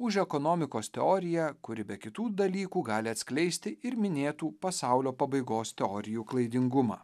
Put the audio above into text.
už ekonomikos teoriją kuri be kitų dalykų gali atskleisti ir minėtų pasaulio pabaigos teorijų klaidingumą